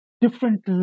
different